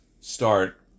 start